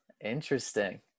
interesting